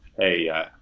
hey